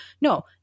No